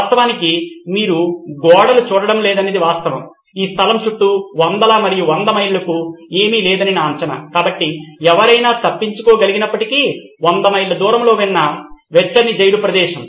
వాస్తవానికి మీరు గోడలు చూడలేదనే వాస్తవం ఈ స్థలం చుట్టూ వందల మరియు వందల మైళ్ళకు ఏమీ లేదని నా అంచనా కాబట్టి ఎవరైనా తప్పించుకోగలిగినప్పటికీ 100 మైళ్ళ దూరంలో ఉన్న వెచ్చని జైలు ప్రదేశం